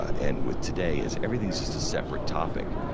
and with today is everything is just a separate topic.